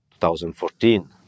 2014